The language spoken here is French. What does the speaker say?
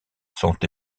sont